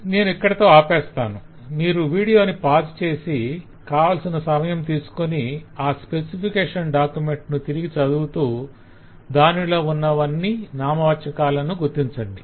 నేను ఇక్కడతో ఆపేస్తాను మీరు వీడియోను పాజు చేసి కావలసిన సమయం తీసుకొని ఆ స్పెసిఫికేషన్ డాక్యుమెంట్ ను తిరిగి చదువుతూ దానిలో ఉన్న అన్ని నామవాచాకాలనూ గుర్తించండి